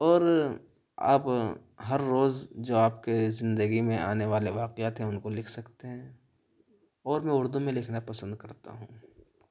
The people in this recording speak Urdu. اور آپ ہر روز جو آپ کے زندگی میں آنے والے واقعات ہیں ان کو لکھ سکتے ہیں اور میں اردو میں لکھنا پسند کرتا ہوں